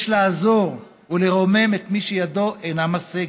יש לעזור ולרומם את מי שידו אינה משגת,